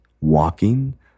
walking